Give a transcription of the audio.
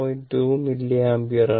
2 milliampere ആണ്